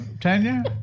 Tanya